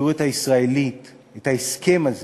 בציבוריות הישראלית, את ההסכם הזה